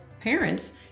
parents